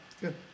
Good